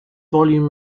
volume